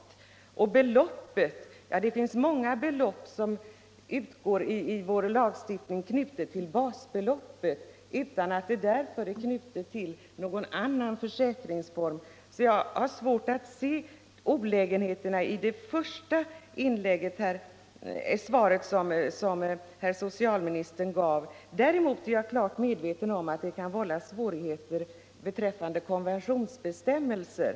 Vad beträffar beloppet så finns det många belopp som i vår lagstiftning är knutna till basbeloppet utan att därför vara knutna till någon annan försäkringsform. Jag har sålunda svårt att se de olägenheter som socialministern angav i sitt föregående inlägg. Däremot är jag klart medveten om att det kan uppstå svårigheter till följd av konventionsbestämmelser.